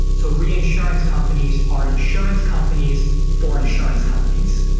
so reinsurance companies are insurance companies for insurance companies.